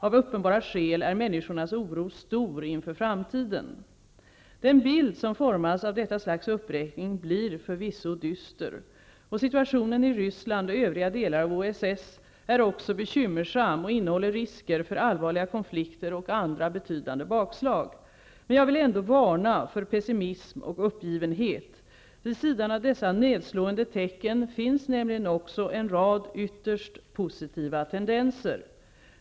Av uppenbara skäl är människornas oro stor inför framtiden. Den bild som formas av detta slags uppräkning blir förvisso dyster. Situationen i Ryssland och övriga delar av OSS är också bekymmersam och innehåller risker för allvarliga konflikter och andra betydande bakslag. Men jag vill ändå varna för pessimism och uppgivenhet. Vid sidan av dessa nedslående tecken finns nämligen också en rad ytterst positiva tendenser.